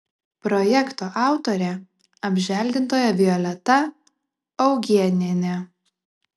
projekto autorė apželdintoja violeta augėnienė